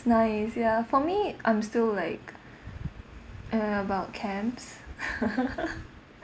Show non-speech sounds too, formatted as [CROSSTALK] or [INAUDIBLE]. nice ya for me I'm still like uh about camps [LAUGHS]